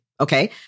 Okay